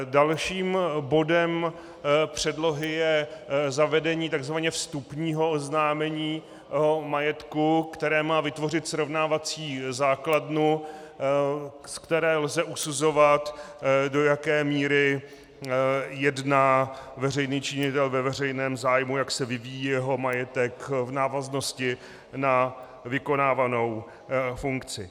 Dalším bodem předlohy je zavedení tzv. vstupního oznámení o majetku, které má vytvořit srovnávací základnu, ze které lze usuzovat, do jaké míry jedná veřejný činitel ve veřejném zájmu, jak se vyvíjí jeho majetek v návaznosti na vykonávanou funkci.